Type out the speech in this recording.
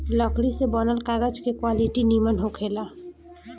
लकड़ी से बनल कागज के क्वालिटी निमन होखेला